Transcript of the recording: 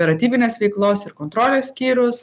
operatyvinės veiklos ir kontrolės skyrius